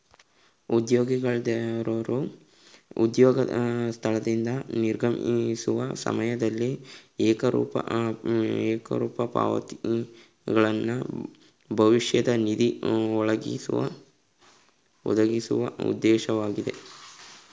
ಉದ್ಯೋಗಿಗಳ್ಗೆ ಅವ್ರ ಉದ್ಯೋಗ ಸ್ಥಳದಿಂದ ನಿರ್ಗಮಿಸುವ ಸಮಯದಲ್ಲಿ ಏಕರೂಪ ಪಾವತಿಗಳನ್ನ ಭವಿಷ್ಯ ನಿಧಿ ಒದಗಿಸುವ ಉದ್ದೇಶವಾಗಿದೆ